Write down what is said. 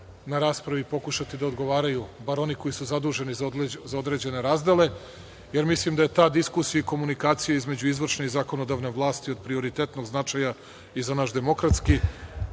na raspravi i pokušati da odgovaraju, bar oni koji su zaduženi za određene razdele, jer mislim da je ta diskusija i komunikacija između izvršne i zakonodavne vlasti od prioritetnog značaja i za naš demokratski